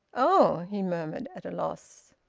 oh! he murmured, at a loss.